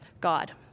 God